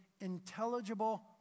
intelligible